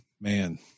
man